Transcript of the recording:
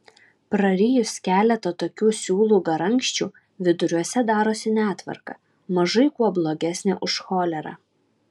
prarijus keletą tokių siūlų garankščių viduriuose darosi netvarka mažai kuo blogesnė už cholerą